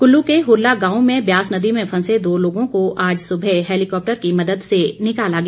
कुल्लू के हुरला गांव में ब्यास नदी में फंसे दो लोगों को आज सुबह हेलिकॉप्टर की मदद से निकाला गया